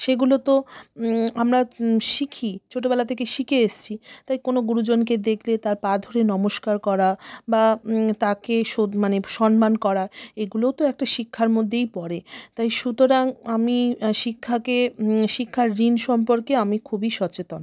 সেগুলো তো আমরা শিখি ছোটবেলা থেকে শিখে এসেছি তাই কোনও গুরুজনকে দেখলে তার পা ধরে নমস্কার করা বা তাকে মানে সন্মান করা এগুলোও তো একটা শিক্ষার মধ্যেই পড়ে তাই সুতরাং আমি শিক্ষাকে শিক্ষার ঋণ সম্পর্কে আমি খুবই সচেতন